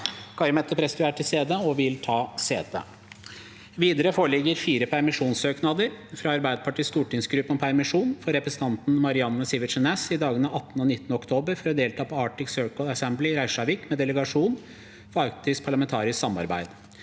Kari Mette Prestrud er til stede og vil ta sete. Videre foreligger det fire permisjonssøknader: – fra Arbeiderpartiets stortingsgruppe om permisjon for representanten Marianne Sivertsen Næss i dagene 18. og 19. oktober for å delta på Arctic Circle Assembly i Reykjavik med delegasjonen for arktisk parlamentarisk samarbeid